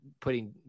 putting